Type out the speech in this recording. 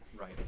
Right